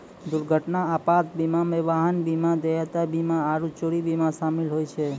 दुर्घटना आपात बीमा मे वाहन बीमा, देयता बीमा आरु चोरी बीमा शामिल होय छै